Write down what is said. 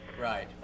Right